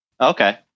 Okay